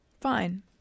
Fine